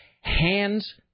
hands